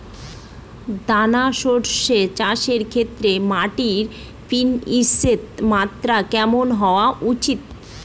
দানা শস্য চাষের ক্ষেত্রে মাটির পি.এইচ মাত্রা কেমন হওয়া উচিৎ?